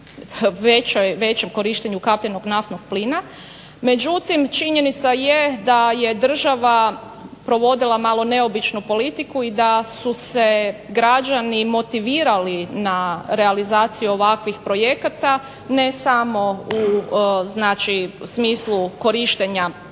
većem korištenju ukapljenog naftnog plina. Međutim činjenica je da je država provodila malo neobičnu politiku i da su se građani motivirali na realizaciju ovakvih projekata ne samo u smislu korištenja